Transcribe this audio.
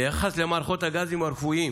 ביחס למערכות הגזים הרפואיים